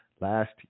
last